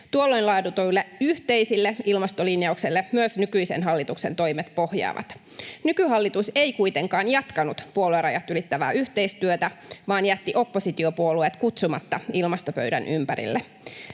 Tuolloin laadituille yhteisille ilmastolinjauksille myös nykyisen hallituksen toimet pohjaavat. Nykyhallitus ei kuitenkaan jatkanut puoluerajat ylittävää yhteistyötä vaan jätti oppositiopuolueet kutsumatta ilmastopöydän ympärille.